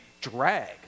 drag